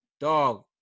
dog